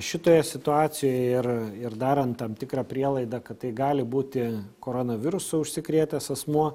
šitoje situacijoj ir ir darant tam tikrą prielaidą kad tai gali būti koronavirusu užsikrėtęs asmuo